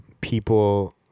people